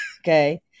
Okay